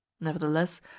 Nevertheless